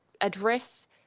address